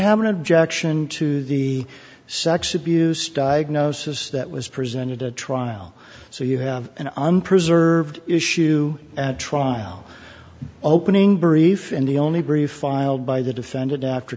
have an objection to the sex abuse diagnosis that was presented at trial so you have an unproved her view issue at trial opening brief and the only brief filed by the defendant after